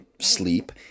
sleep